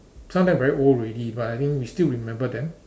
some of them very old already but I think we still remember them